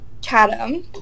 Chatham